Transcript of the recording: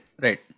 right